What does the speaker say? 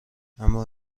اما